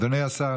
אדוני השר,